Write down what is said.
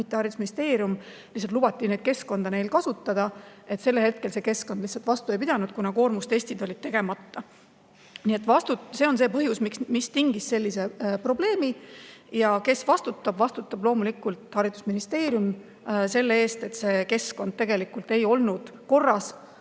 mitte haridusministeerium, lihtsalt lubati keskkonda neil kasutada –, siis see keskkond lihtsalt ei pidanud vastu, kuna koormustestid olid tegemata. See on põhjus, mis tingis sellise probleemi. Ja kes vastutab? Vastutab loomulikult haridusministeerium selle eest, et see keskkond tegelikult ei olnud korras.